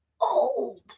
old